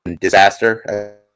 disaster